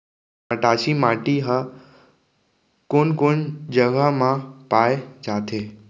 मटासी माटी हा कोन कोन जगह मा पाये जाथे?